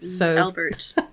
Albert